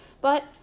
But